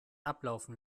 ablaufen